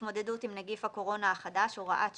להתמודדות עם נגיף הקורונה החדש (הוראת שעה),